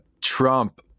Trump